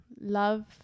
love